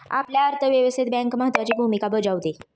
आपल्या अर्थव्यवस्थेत बँक महत्त्वाची भूमिका बजावते